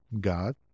God